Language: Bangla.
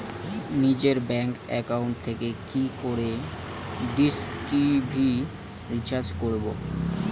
নিজের ব্যাংক একাউন্ট থেকে কি করে ডিশ টি.ভি রিচার্জ করবো?